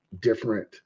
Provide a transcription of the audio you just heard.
different